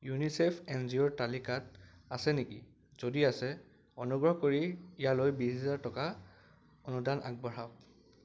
UNICEF N G অ'ৰ তালিকাত আছে নেকি যদি আছে অনুগ্ৰহ কৰি ইয়ালৈ বিশ হাজাৰ টকা অনুদান আগবঢ়াওক